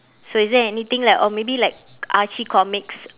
so is there anything like or maybe like archie comics